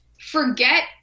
forget